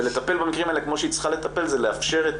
ולטפל במקרים האלה כמו שהיא צריכה לטפל זה לאפשר את